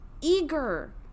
eager